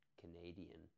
Canadian